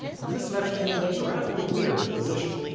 and this left him in a rather weird position.